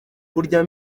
kurya